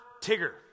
Tigger